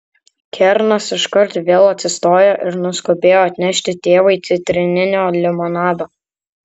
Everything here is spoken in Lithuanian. kernas iškart vėl atsistojo ir nuskubėjo atnešti tėvui citrininio limonado